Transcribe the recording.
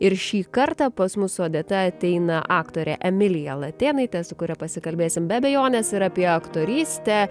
ir šį kartą pas mus odeta ateina aktorė emilija latėnaitė su kuria pasikalbėsim be abejonės ir apie aktorystę